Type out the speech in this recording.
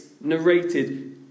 narrated